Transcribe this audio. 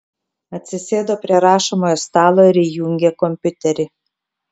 atsisėdo prie rašomojo stalo ir įjungė kompiuterį